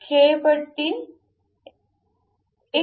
तर खेळपट्टी 1